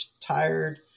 tired